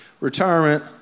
retirement